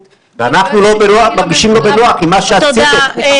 --- ואנחנו מרגישים לא בנוח עם מה שעשיתם --- תודה.